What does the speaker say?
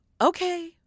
Okay